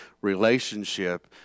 relationship